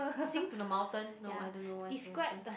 sing to the mountain no I don't know what's the question